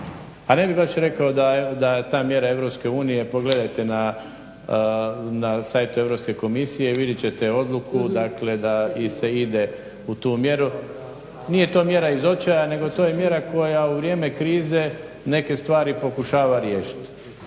A ne bih baš rekao da ta mjera EU pogledajte na site-u EU komisije vidjet ćete odluku da se ide u tu mjeru. Nije to mjera iz očaja nego je to mjera koja u vrijeme krize neke stvari pokušava riješiti.